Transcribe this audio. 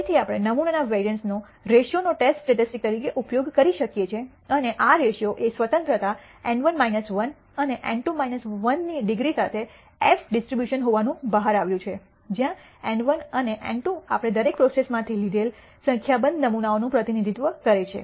ફરીથી આપણે નમૂનાના વેરિઅન્સ નો રૈશીઓ નો ટેસ્ટ સ્ટેટિસ્ટિક્સ તરીકે ઉપયોગ કરી શકીએ છીએ અને આ રૈશીઓ એ સ્વતંત્રતા N1 1 અને N2 1 ની ડિગ્રી સાથે એફ ડિસ્ટ્રીબ્યુશન હોવાનું બહાર આવ્યું છે જ્યાં એન 1 અને એન 2 આપણે દરેક પ્રોસેસ માંથી લીધેલા સંખ્યાબંધ નમૂનાઓનું પ્રતિનિધિત્વ કરે છે